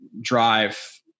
drive